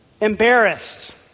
embarrassed